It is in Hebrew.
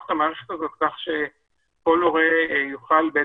את המערכת הזאת כך שכל הורה יוכל לרשום.